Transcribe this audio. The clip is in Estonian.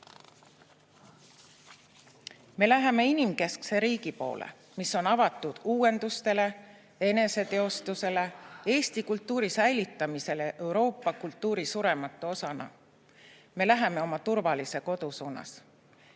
me läheme inimkeskse riigi poole, mis on avatud uuendustele, eneseteostamisele, eesti kultuuri säilitamisele Euroopa kultuuri surematu osana. Me läheme oma turvalise kodu suunas.